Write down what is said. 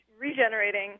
regenerating